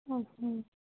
okay